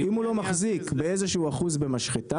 אם הוא לא מחזיק באיזשהו אחוז במשחטה,